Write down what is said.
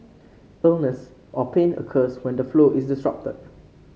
illness or pain occurs when the flow is disrupted